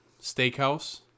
Steakhouse